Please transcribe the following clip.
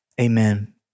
amen